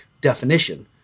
definition